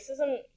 racism